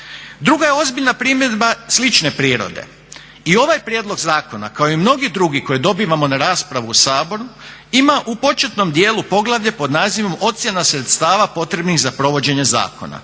Druga je ozbiljna primjedba slične prirode, i ovaj prijedlog zakona kao i mnogi drugi koje dobivamo na raspravu u Sabor ima u početnom dijelu Poglavlje pod nazivom Ocjena sredstava potrebnih za provođenje zakona